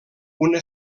una